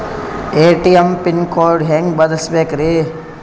ATM pin code ಹೆಂಗ್ ಬದಲ್ಸ್ಬೇಕ್ರಿ?